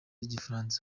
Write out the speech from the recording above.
n’igifaransa